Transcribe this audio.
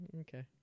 Okay